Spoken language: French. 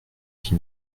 qui